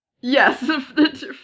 Yes